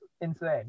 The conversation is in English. insane